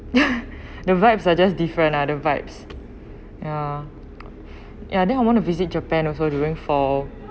ya the vibe are just different ah the vibes ya ya then I want to visit japan also during fall